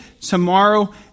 tomorrow